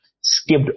skipped